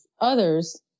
others